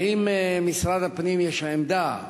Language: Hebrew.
האם למשרד הפנים יש עמדה,